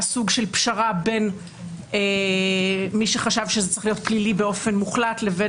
סוג של פשרה בין מי שחשב שזה צריך להיות פלילי באופן מוחלט לבין